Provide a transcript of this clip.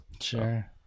Sure